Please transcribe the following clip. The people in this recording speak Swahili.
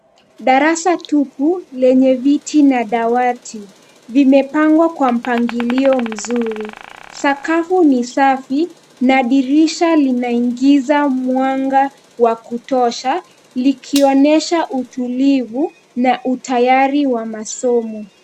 Darasa tupu lenye viti na dawati. Limepangwa kwa mpangilio mzuri. Sakafu ni safi na dirisha linaingiza mwanga wa kutosha likionyesha utulivu na utayari wa masomo.